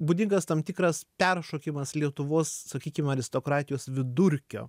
būdingas tam tikras peršokimas lietuvos sakykim aristokratijos vidurkio